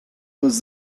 was